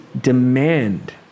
demand